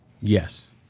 Yes